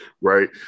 Right